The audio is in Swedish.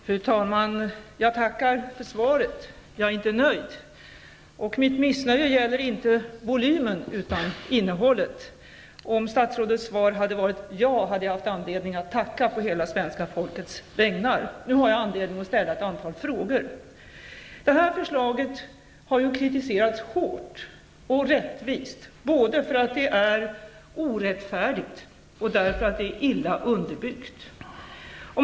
Fru talman! Jag tackar för svaret. Jag är inte nöjd, och mitt missnöje gäller inte volymen utan innehållet. Om statsrådets svar hade varit ja, hade jag haft anledning att tacka på hela svenska folkets vägnar. Nu har jag anledning att ställa ett antal frågor. Det här förslaget har kritiserats hårt, och rättvist, både därför att det är orättfärdigt och därför att det är illa underbyggt.